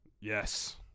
Yes